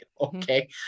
okay